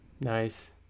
nice